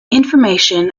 information